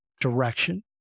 direction